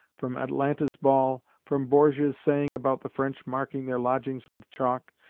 from atalanta's ball, from borgia's saying about the french marking their lodgings with chalk,